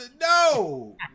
No